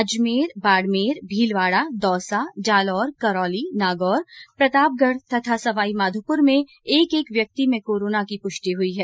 अजमेर बाडमेर भीलवाडा दौसा जालोर करौली नागौर प्रतापगढ तथा सवाई माधोपुर में एक एक व्यक्ति में कोरोना की पुष्टि हुई है